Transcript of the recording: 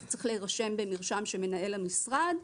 אתה צריך להירשם במרשם של מנהל המשרד.